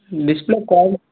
display quality